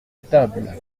table